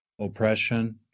oppression